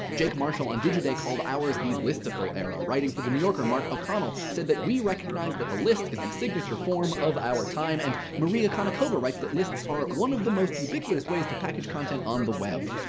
jake marshall on digiday called ours the listicle era. writing for the new yorker, mark o'connell said that we recognize that the list is the signature form of our time. and maria konnikova writes that lists are one of the most ubiquitous ways to package content on the web.